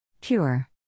pure